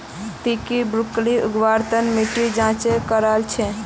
ती की ब्रोकली उगव्वार तन मिट्टीर जांच करया छि?